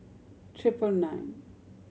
triple nine